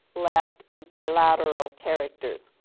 left, and bilateral characters.